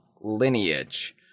lineage